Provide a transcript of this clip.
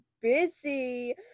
busy